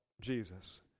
Jesus